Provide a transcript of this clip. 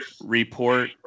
report